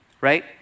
right